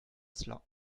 cela